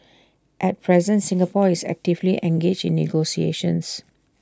at present Singapore is actively engaged in negotiations